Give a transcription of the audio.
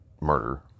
murder